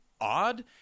Odd